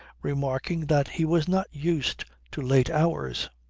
remarking that he was not used to late hours.